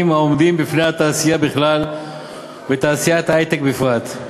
העומדים בפני התעשייה בכלל ותעשיית ההיי-טק בפרט.